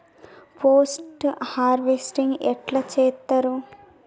Post harvesting ఎట్ల చేత్తరు?